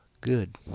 Good